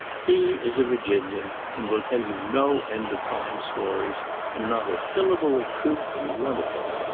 he is a virginian and will tell you no end of fine stories and not a syllable of truth in one of them.